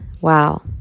Wow